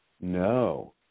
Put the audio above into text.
no